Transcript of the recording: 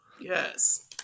Yes